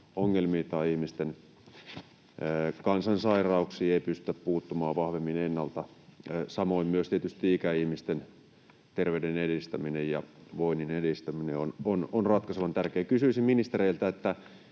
tai ihmisten kansansairauksiin ei pystytä puuttumaan vahvemmin ennalta. Samoin tietysti ikäihmisten terveyden edistäminen ja voinnin edistäminen on ratkaisevan tärkeää. Kysyisin ministereiltä: mitä